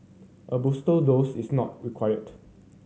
a booster dose is not required